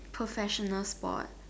professional sport